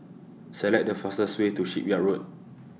Select The fastest Way to Shipyard Road